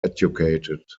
educated